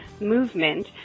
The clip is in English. Movement